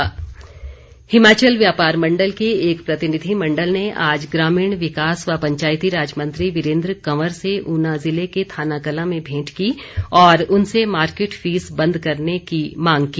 वीरेंद्र कंवर हिमाचल व्यापार मंडल के एक प्रतिनिधिमंडल ने आज ग्रामीण विकास व पंचायतीराज मंत्री वीरेंद्र कंवर से ऊना ज़िले के थनाकला में भेंट की और उनसे मार्केट फीस बंद करने की मांग की